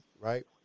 right